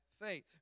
faith